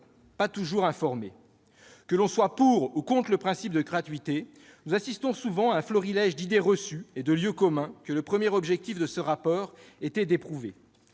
pas toujours éclairées. Que l'on soit pour ou contre le principe de la gratuité, on assiste souvent à un florilège d'idées reçues et de lieux communs que le premier objectif de ce rapport était d'éprouver.